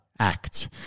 Act